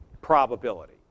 probability